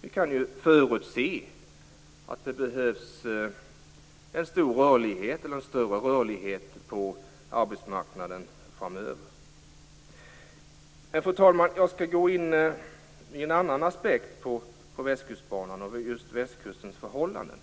Vi kan ju förutse att det behövs en större rörlighet på arbetsmarknaden framöver. Fru talman! Jag skall gå in på en annan aspekt i fråga om Västkustbanan och västkustens förhållanden.